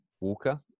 walker